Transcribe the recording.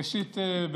אנחנו מדינה קטנה,